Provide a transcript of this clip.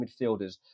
midfielders